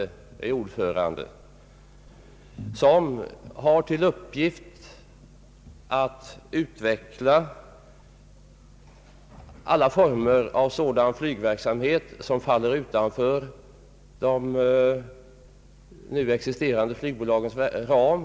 Detta företag har till uppgift att utveckla alla former av sådan flygverksamhet som faller utanför de nu existerande flygbolagens ram.